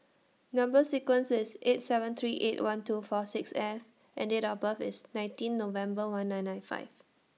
Number sequence IS S seven three eight one two four six F and Date of birth IS nineteen November one nine nine five